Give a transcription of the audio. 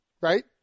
Right